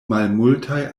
malmultaj